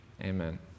Amen